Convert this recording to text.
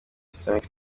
islamic